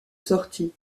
sortie